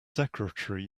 secretary